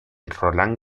roland